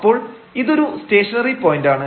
അപ്പോൾ ഇതൊരു സ്റ്റേഷനറി പോയന്റാണ്